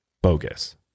bogus